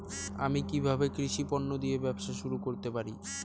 আমি কিভাবে কৃষি পণ্য দিয়ে ব্যবসা শুরু করতে পারি?